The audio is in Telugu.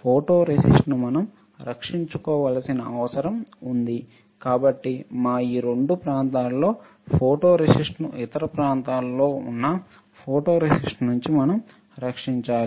ఫోటోరేసిస్ట్ను మనం రక్షించుకోవాల్సిన అవసరం ఉంది కాబట్టి మా ఈ రెండు ప్రాంతాలలో ఫోటోరేసిస్ట్ ను ఇతర ప్రాంతాలలో ఉన్నా ఫోటోరెసిస్ట్ నుండి మనం రక్షించాలి